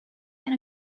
and